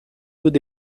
would